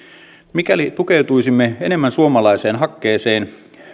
mikäli tukeutuisimme enemmän suomalaiseen hakkeeseen